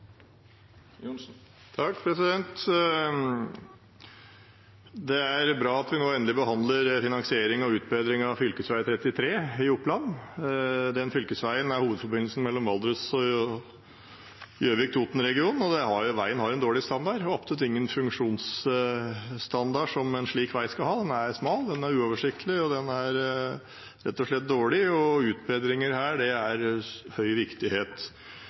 bra at vi nå endelig behandler finansiering av utbedring av fv. 33 i Oppland. Fylkesveien er hovedveiforbindelsen mellom Valdres og Gjøvik/Toten-regionen. Veien har en dårlig standard – absolutt ingen funksjonsstandard som en slik vei skal ha. Den er smal, og den er uoversiktlig. Den er rett og slett dårlig. Utbedring her er av stor viktighet.